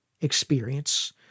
experience